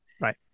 Right